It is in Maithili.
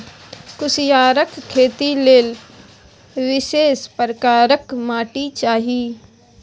कुसियारक खेती लेल विशेष प्रकारक माटि चाही